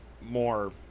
more